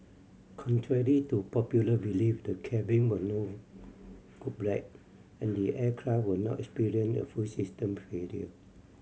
contrary to popular belief the cabin will no go black and the aircraft will not experience a full system failure